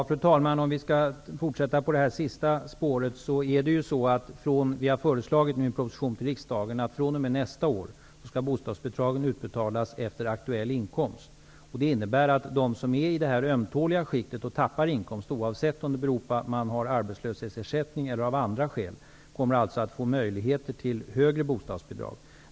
Fru talman! För att fortsätta på det senaste spåret kan jag säga att regeringen i en proposition till riksdagen föreslår att bostadsbidragen skall utbetalas efter aktuell inkomst. Det innebär att de som befinner sig i det ömtåliga skiktet och som tappar inkomst, oavsett om det beror på att de får arbetslöshetsersättning eller på något annat, kommer att få möjlighet att uppbära högre bostadsbidrag.